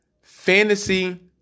fantasy